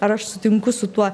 ar aš sutinku su tuo